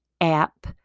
app